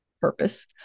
purpose